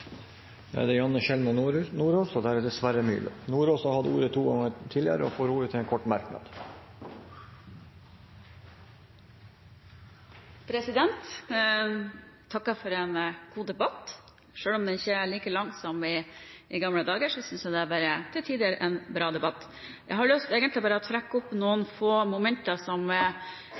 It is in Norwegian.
Janne Sjelmo Nordås har hatt ordet to ganger tidligere og får ordet til en kort merknad, begrenset til 1 minutt. Jeg takker for en god debatt. Selv om den ikke er like lang som i gamle dager, synes jeg det til tider har vært en bra debatt. Jeg vil ta opp noen få momenter som